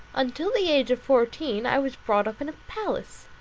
until the age of fourteen i was brought up in a palace,